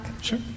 sure